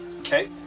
Okay